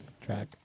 track